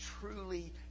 truly